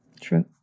True